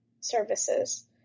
services